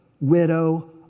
widow